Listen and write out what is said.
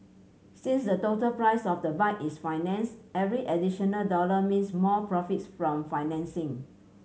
since the total price of the bike is financed every additional dollar means more profits from financing